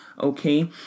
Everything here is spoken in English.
Okay